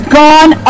gone